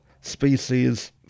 species